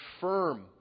firm